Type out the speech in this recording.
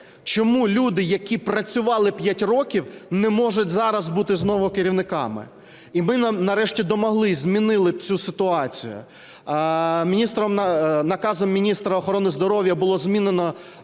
чому люди, які працювали 5 років, не можуть зараз бути знову керівниками? І ми нарешті домоглися, змінили цю ситуацію. Наказом міністра охорони здоров'я було змінено